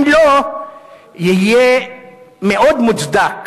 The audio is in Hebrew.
אם לא יהיה מאוד מוצדק